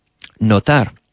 Notar